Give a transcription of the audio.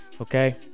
okay